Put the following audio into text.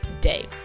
day